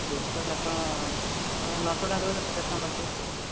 discount ଆପଣ ନଅ ଶହ ଟଙ୍କା ଦେବେ ହେଲେ ପଚାଶ ଟଙ୍କା କାଟି ଦେଉଛି